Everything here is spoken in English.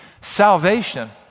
Salvation